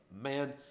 man